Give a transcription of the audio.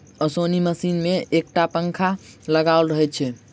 ओसौनी मशीन मे एक टा पंखा लगाओल रहैत छै